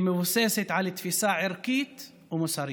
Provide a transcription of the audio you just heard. שמבוססת על תפיסה ערכית ומוסרית,